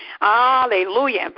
Hallelujah